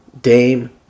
Dame